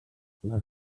les